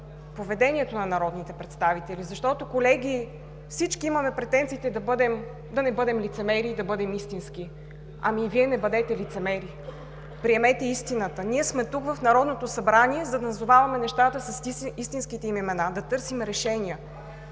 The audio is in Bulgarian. поведението на народните представители. Защото, колеги, всички имаме претенциите да не бъдем лицемери, да бъдем истински. Ами, Вие не бъдете лицемери! Приемете истината! Ние сме тук, в Народното събрание, за да назоваваме нещата с истинските им имена, да търсим решения.